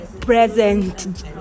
present